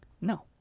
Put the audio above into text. No